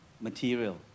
material